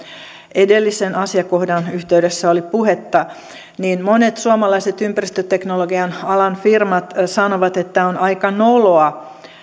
edellisen asiakohdan yhteydessä oli puhetta ja monet suomalaiset ympäristöteknologian alan firmat sanovat että on aika noloa